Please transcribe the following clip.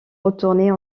retourner